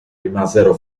rimasero